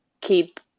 keep